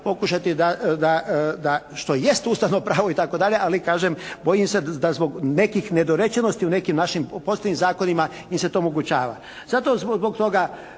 pokušati da što jest ustavno pravo i tako dalje, ali kažem bojim se da zbog nekih nedorečenosti u nekim našim pozitivnim zakonima im se to omogućava. Zato, zbog toga